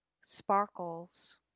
sparkles